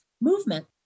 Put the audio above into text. movement